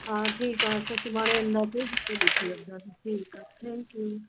हा ठीकु आहे पोइ सुभाणे ईंदासीं पोइ ॾिसी वठंदासीं ठीकु आहे थैंक्यू